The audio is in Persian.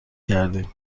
کردیم